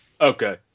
Okay